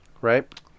right